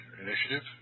Initiative